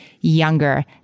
younger